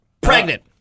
Pregnant